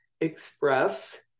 express